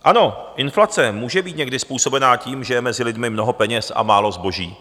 Ano, inflace může být někdy způsobena tím, že je mezi lidmi mnoho peněz a málo zboží.